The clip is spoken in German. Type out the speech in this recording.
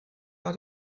war